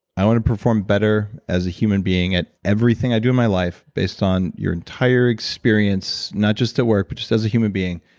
i want to perform better as a human being at everything i do in my life, based on your entire experience, not just at work, but just as a human being,